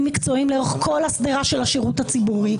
מקצועיים לאורך כל השדרה של השירות הציבורי,